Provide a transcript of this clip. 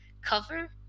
cover